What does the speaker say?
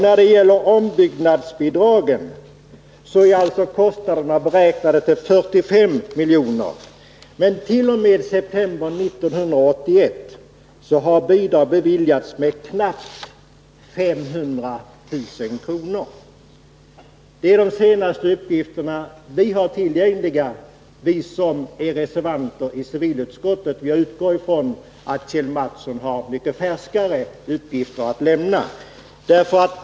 När det gäller ombyggnadsbidragen är alltså kostnaderna beräknade till 45 milj.kr. Men t.o.m. september 1981 har bidrag beviljats med knappt 500 000 kr. Det är de senaste uppgifterna vi har tillgängliga, vi som är reservanter i civilutskottet. Jag utgår ifrån att Kjell Mattsson har mycket färskare uppgifter att lämna.